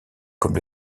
comme